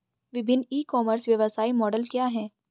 विभिन्न e commerce व्यवसाय model क्या हैं?